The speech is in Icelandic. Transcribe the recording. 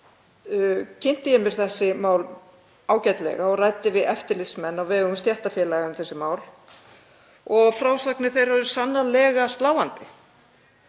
síðan kynnti ég mér þessi mál ágætlega og ræddi við eftirlitsmenn á vegum stéttarfélaga um þessi mál og frásagnir þeirra eru sannarlega sláandi.